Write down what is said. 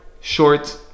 short